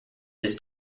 his